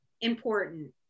Important